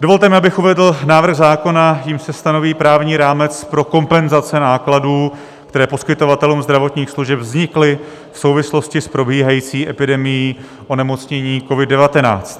dovolte mi, abych uvedl návrh zákona, jímž se stanoví právní rámec pro kompenzace nákladů, které poskytovatelům zdravotních služeb vznikly v souvislosti s probíhající epidemií onemocnění COVID19.